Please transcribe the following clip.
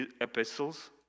epistles